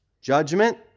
Judgment